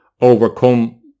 overcome